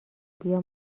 بیا